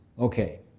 Okay